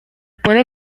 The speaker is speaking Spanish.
puede